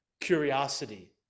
curiosity